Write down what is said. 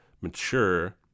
mature